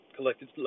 Collected